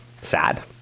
sad